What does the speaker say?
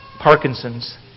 Parkinson's